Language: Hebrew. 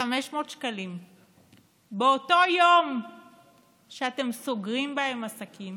ל-500 שקלים באותו יום שבו אתם סוגרים עסקים